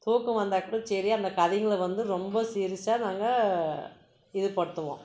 தூக்கம் வந்தாக்கும் சரி அந்த கதைங்கள வந்து ரொம்ப சீரியசாக நாங்கள் ஈடுப்படுத்துவோம்